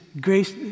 grace